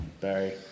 Barry